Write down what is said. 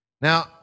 Now